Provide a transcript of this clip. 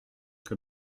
que